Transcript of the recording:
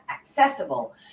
accessible